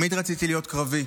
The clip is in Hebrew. תמיד רציתי להיות קרבי.